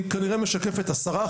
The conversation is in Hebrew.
היא כנראה משקפת 10%,